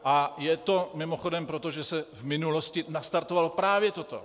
A je to mimochodem proto, že se v minulosti nastartovalo právě toto.